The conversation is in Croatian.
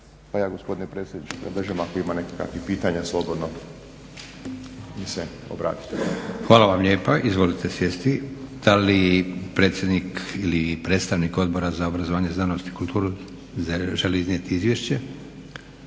pa ja gospodine predsjedniče predlažem ako ima nekakvih pitanja slobodno mi se obratite. **Leko, Josip (SDP)** Hvala vam lijepa. Izvolite sjesti. Da li predsjednik ili predstavnik Odbora za obrazovanje, znanost i kulturu želi iznijeti Izviješće?